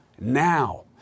now